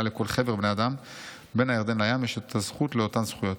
לכל חֶבֶר בני אדם בין הירדן לים יש את הזכות לאותן זכויות.